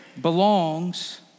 Belongs